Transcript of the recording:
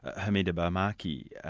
hamida barmaki.